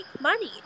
money